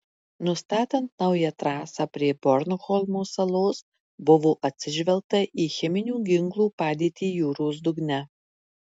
nustatant naują trasą prie bornholmo salos buvo atsižvelgta į cheminių ginklų padėtį jūros dugne